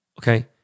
Okay